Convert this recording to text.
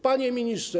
Panie Ministrze!